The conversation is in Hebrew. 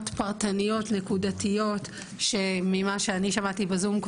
פרטניות נקודתיות שממה שאני שמעתי בזום,